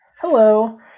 Hello